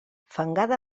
fangada